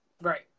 Right